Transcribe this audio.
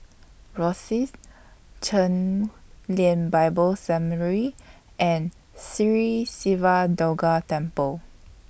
Rosyth Chen Lien Bible Seminary and Sri Siva Durga Temple